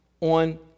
on